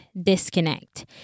disconnect